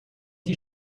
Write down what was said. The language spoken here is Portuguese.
que